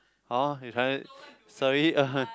oh you try it sorry (uh huh)